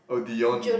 oh Dion